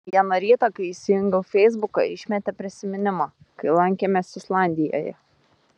vieną rytą kai įsijungiau feisbuką išmetė prisiminimą kai lankėmės islandijoje